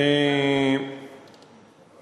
תודה לך,